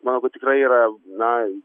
manau kad tikrai yra na